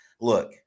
look